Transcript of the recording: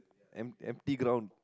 emp~ empty ground